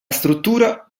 struttura